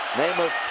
namath.